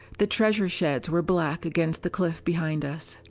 the treasure sheds were black against the cliff behind us.